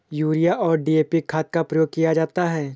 urea और DAP खाद का प्रयोग किया जाता है